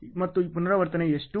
ಮತ್ತು ಪುನರಾವರ್ತನೆ ಎಷ್ಟು